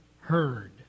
heard